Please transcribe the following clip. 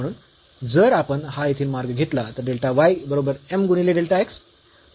म्हणून जर आपण हा येथील मार्ग घेतला तर डेल्टा y बरोबर m गुणिले डेल्टा x